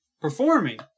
performing